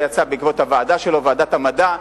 זה יצא בעקבות הוועדה שלו, ועדת המדע.